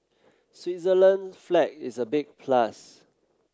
Switzerland flag is a big plus